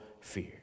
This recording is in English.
fear